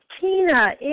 Tina